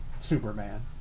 Superman